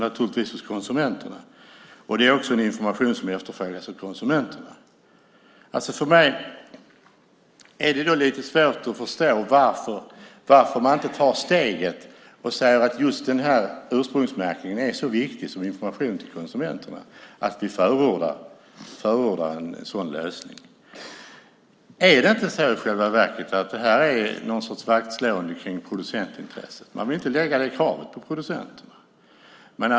Det är också en information som efterfrågas av konsumenterna. För mig är det lite svårt att förstå varför man inte tar steget och säger att ursprungsmärkningen är så viktig som information till konsumenterna att vi förordar en sådan lösning. Är det inte i själva verket så att detta är någon sorts vaktslående av producentintresset? Man vill inte lägga det kravet på producenten.